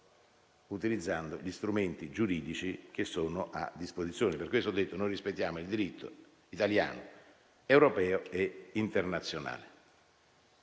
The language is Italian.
utilizzando gli strumenti giuridici che sono a disposizione. Per questo ho detto che noi rispettiamo il diritto italiano, europeo e internazionale.